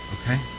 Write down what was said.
okay